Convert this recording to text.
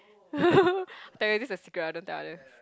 tell you this is a secret ah don't tell others